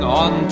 on